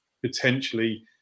potentially